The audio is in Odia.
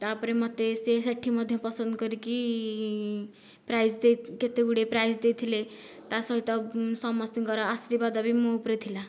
ତାପରେ ମୋତେ ସେ ସେଇଠି ମଧ୍ୟ ପସନ୍ଦ କରିକି ପ୍ରାଇଜ୍ ଦେ କେତେଗୁଡ଼ିଏ ପ୍ରାଇଜ୍ ଦେଇଥିଲେ ତା ସହିତ ସମସ୍ତଙ୍କର ଆଶୀର୍ବାଦ ବି ମୋ ଉପରେ ଥିଲା